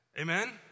Amen